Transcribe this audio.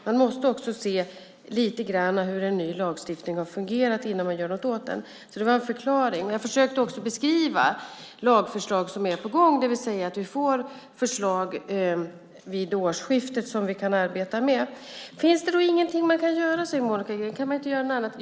Man måste se hur en ny lagstiftning fungerat innan man gör något åt den. Det var alltså en förklaring. Jag försökte också beskriva lagförslag som är på gång, det vill säga att vi vid årsskiftet får förslag som vi kan arbeta med. Finns det ingenting man kan göra, undrar Monica Green. Kan man inte göra något annat?